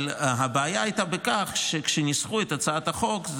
אבל הבעיה הייתה בכך שכשניסחו את הצעת החוק,